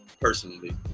personally